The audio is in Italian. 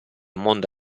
mondo